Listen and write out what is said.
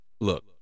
look